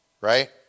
right